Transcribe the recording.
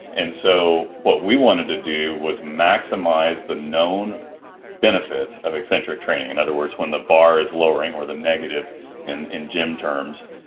and so what we wanted to do was maximize the known benefits of eccentric training. in and other words when the bar is lowering or the negative in in gym terms,